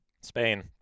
Spain